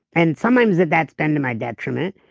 and sometimes that's been to my detriment.